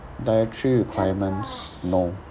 dietary requirements no